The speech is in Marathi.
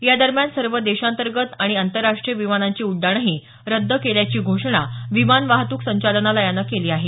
या दरम्यान सर्व देशांतर्गत आणि आंतरराष्ट्रीय विमानांची उड्डाणंही रद्द केल्याची घोषणा विमान वाहतूक संचालनालयानं केली आहे